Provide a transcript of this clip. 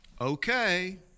okay